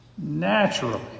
Naturally